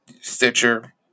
Stitcher